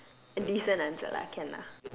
decent answer lah can lah